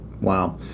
Wow